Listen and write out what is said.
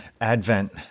Advent